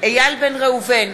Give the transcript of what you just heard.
איל בן ראובן,